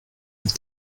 mit